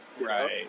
right